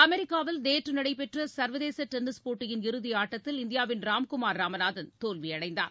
அமெரிக்காவில் நேற்றுநடைபெற்றசர்வதேசடென்னிஸ் போட்டியின் இறுதிஆட்டத்தில் இந்தியாவின் ராம்குமார் ராமநாதன் தோல்விஅடைந்தார்